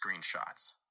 screenshots